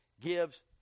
gives